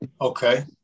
Okay